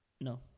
No